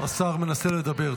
השר מנסה לדבר.